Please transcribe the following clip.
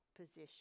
position